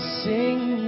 sing